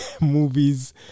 movies